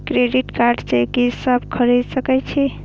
Credit card से की सब खरीद सकें छी?